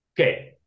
okay